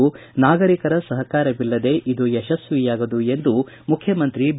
ಆದರೆ ನಾಗರಿಕರ ಸಹಕಾರವಿಲ್ಲದೆ ಇದು ಯಶ್ವಸಿಯಾಗದು ಎಂದು ಮುಖ್ಯಮಂತ್ರಿ ಬಿ